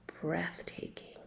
breathtaking